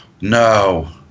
no